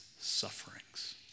sufferings